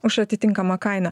už atitinkamą kainą